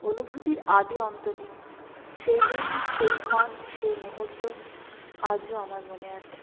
অনুভূতির আদি অন্ত নেই সেইদিন সেইক্ষণ সেই মুহূর্ত আজও আমার মনে আছে